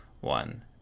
one